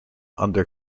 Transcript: under